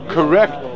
Correct